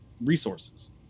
resources